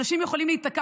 אנשים יכולים להיתקע.